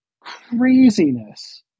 craziness